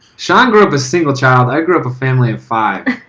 shawn grew up a single child. i grew up a family of five.